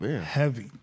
heavy